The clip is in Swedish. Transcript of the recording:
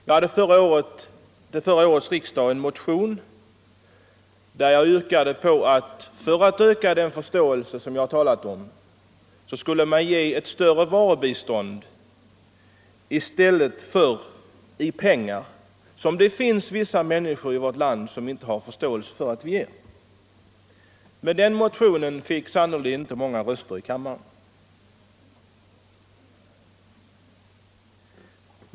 Jag hade till förra årets riksdag väckt en motion, där jag yrkade att man - för att öka den förståelse jag talade om — skulle utvidga varubiståndet och minska biståndsandelen i pengar, som en del människor i vårt land inte har förståelse för att vi ger. Men den motionen fick sannerligen inte många röster i kammaren!